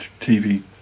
TV